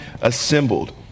assembled